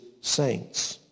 saints